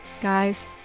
Guys